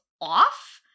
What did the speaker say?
off